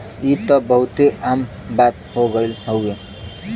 ई त बहुते आम बात हो गइल हउवे